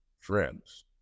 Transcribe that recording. friends